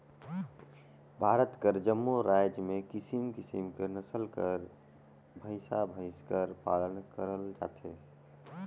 भारत कर जम्मो राएज में किसिम किसिम कर नसल कर भंइसा भंइस कर पालन करल जाथे